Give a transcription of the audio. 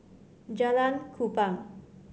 Jalan Kupang